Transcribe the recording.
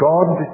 God